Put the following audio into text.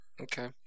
okay